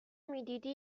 میدیدی